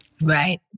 Right